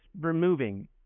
removing